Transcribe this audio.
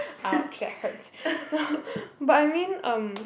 !ouch! that hurts but I mean um